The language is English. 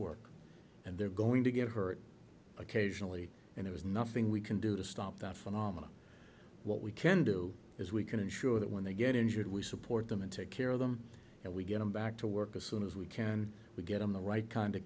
work and they're going to get hurt occasionally and it was nothing we can do to stop that phenomena what we can do is we can ensure that when they get injured we support them and take care of them and we get them back to work as soon as we can we get on the right kind of